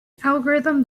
algorithm